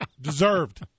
Deserved